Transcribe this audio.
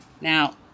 Now